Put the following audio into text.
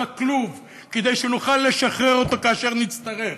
הכלוב כדי שנוכל לשחרר אותו כאשר נצטרך,